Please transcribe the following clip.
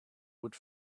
would